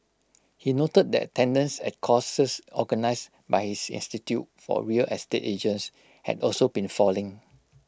he noted that attendance at courses organised by his institute for real estate agents had also been falling